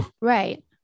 right